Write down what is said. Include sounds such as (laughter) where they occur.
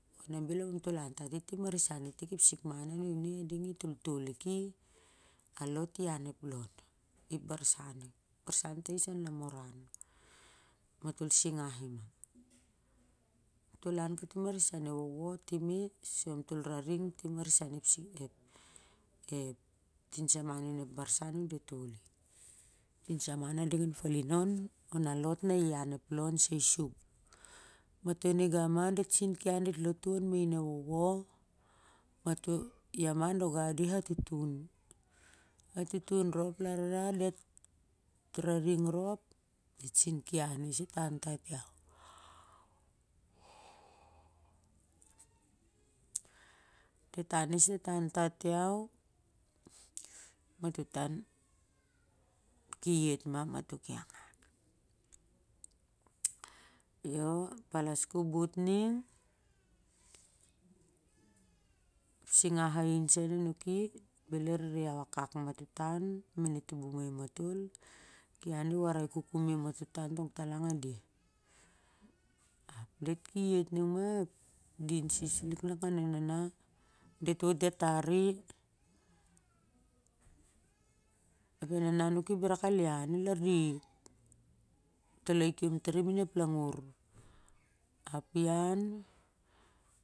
Na bel ap, amtol el an katim ngan tik ep sikman a nuni i dimitol tol liki a lot i ian i ep barsan ning i ian ep lon ep barrah timpukus an lamoran matol singah i ma am tol lan katim irian e wowo (unintelligible) sur am tol niering timarisan ep tinsaman barsan a nudatoli, ep tinsaman na ding on a lot i lan ep lon sai sen sup, mato a nigama diat sin diat kian siat latu main e wowo (unintelligible) ma a niga a tutun a tutun rop lar na diat raring rop diat sin ki anis diat antat iau matoh tan yet ma ap mato ki angan. Io palas kobon ning singa sen a nuki bel i rere a wakak ma toh tan main e tubum aim matol, ki an i warai kukumi matoh tan tong talang a deh diat ki yet ning ma a din sis lik nak ngan e nana diat wot diat tar i ap e nana nuki bel i rak el ian i lar i toloi kiom tari main ep langur. (unintelligible)